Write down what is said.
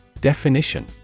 Definition